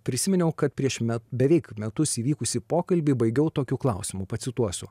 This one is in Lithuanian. prisiminiau kad prieš me beveik metus įvykusį pokalbį baigiau tokiu klausimu pacituosiu